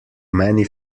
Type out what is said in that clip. many